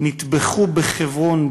נטבחו בחברון,